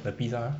the pizza